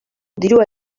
dirua